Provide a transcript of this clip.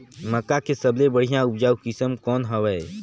मक्का के सबले बढ़िया उपजाऊ किसम कौन हवय?